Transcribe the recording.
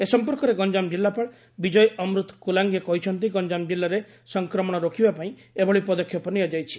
ଏ ସମ୍ପର୍କରେ ଗଞାମ ଜିଲ୍ଲାପାଳ ବିଜୟ ଅମୂତ କୁଲାଙେ କହିଛନ୍ତି ଗଞାମ ଜିଲ୍ଲାରେ ସଂକ୍ରମଣ ରୋକିବା ପାଇଁ ଏଭଳି ପଦକ୍ଷେପ ନିଆଯାଇଛି